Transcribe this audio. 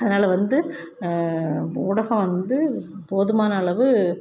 அதனால வந்து ஊடகம் வந்து போதுமான அளவு